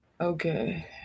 Okay